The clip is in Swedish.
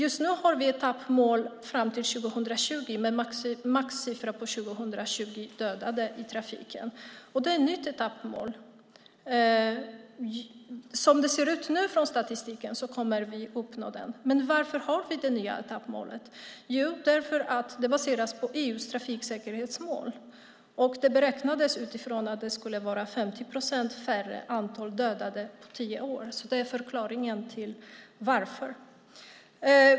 Vi har ett etappmål fram till 2020 om max 220 dödade i trafiken. Det är ett nytt etappmål. Som det nu ser ut i statistiken kommer vi att uppnå det. Varför har vi det här nya etappmålet? Jo, det baseras på EU:s trafiksäkerhetsmål och beräknades utifrån 50 procent färre dödade på 10 år. Det är förklaringen till varför.